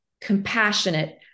compassionate